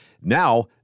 Now